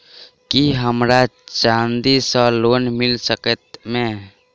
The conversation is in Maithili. की हमरा चांदी सअ लोन मिल सकैत मे?